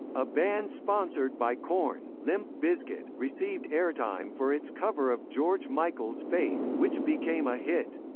a band sponsored by korn, limp bizkit, received airtime for its cover of george michael's faith, which became a hit.